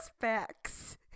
facts